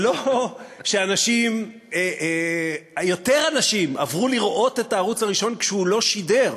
יותר אנשים עברו לראות את הערוץ הראשון כשהוא לא שידר